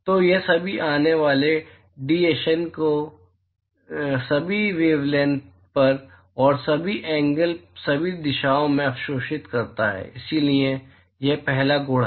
तो यह सभी आने वाले डिएशन को सभी वेवलैंथपर और सभी एंगल सभी दिशाओं में अवशोषित करता है इसलिए यह पहला गुण है